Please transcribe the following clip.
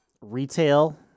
retail